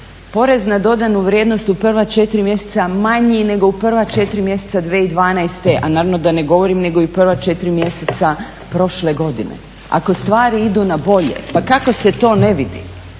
porez na dodanu vrijednost u prva 4 mjeseca manji nego u prva 4 mjeseca 2012., a naravno da ne govorim, nego i prva 4 mjeseca prošle godine. Ako stvari idu na bolje pa kako se to ne vidi?